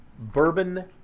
bourbon